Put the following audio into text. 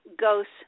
ghosts